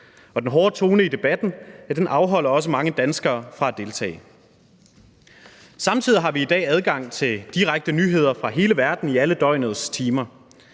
Den hårde tone i debatten afholder også mange danskere fra at deltage. Samtidig har vi i dag adgang til direkte nyheder fra hele verden i alle døgnets timer.